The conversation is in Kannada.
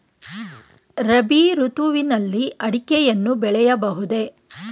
ರಾಬಿ ಋತುವಿನಲ್ಲಿ ಅಡಿಕೆಯನ್ನು ಬೆಳೆಯಬಹುದೇ?